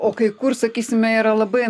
o kai kur sakysime yra labai